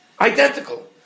Identical